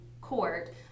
court